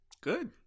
Good